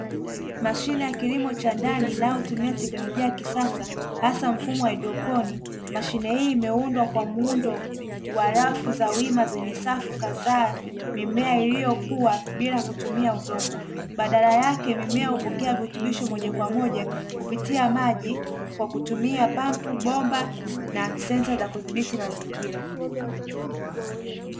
Mashine ya kilimo cha ndani inayotumia teknolojia ya kisasa hasa kilimo cha haidroponi; mashine hii imeundwa kwa muundo wa rafu za wima zenye safu kadhaa; mimea iliyokua bila kutumia udongo badala yake mimea virutubisho moja kwa moja kupitia maji kwa kutumia pampu, bomba na sensa za kudhibiti mazingira.